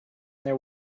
there